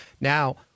Now